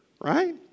Right